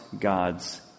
God's